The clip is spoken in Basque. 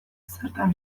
zertan